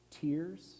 tears